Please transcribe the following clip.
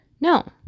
No